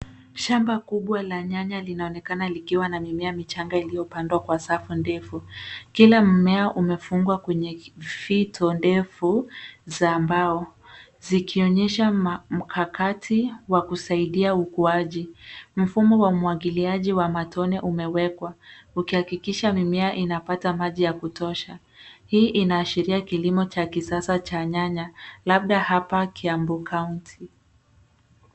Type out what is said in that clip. Shamba kubwa la nyanya linaonekana likiwa na mimea michanga iliyopandwa kwa safu ndefu. Kila mmea umefungwa kwenye fito ndefu za mbao zikionyesha mkakati wa kusaidia ukuaji. Mfumo wa umwagiliaji wa matone umewekwa ukihakikisha mimea inapata maji ya kutosha. Hii inaashiria kilimo cha kisasa cha nyanya labda hapa Kiambu County .